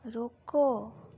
रोको